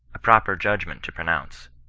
a proper judgment to pronounce.